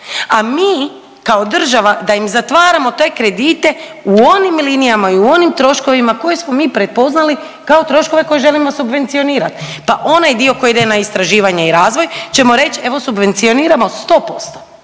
a mi kao država da im zatvaramo te kredite u onim linijama i u onim troškovima koje smo mi prepoznali kao troškove koje želimo subvencionirat. Pa onaj dio koji ide na istraživanje i razvoj ćemo reći, evo subvencioniramo 100%